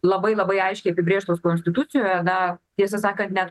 labai labai aiškiai apibrėžtos konstitucijoje na tiesą sakant net